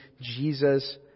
Jesus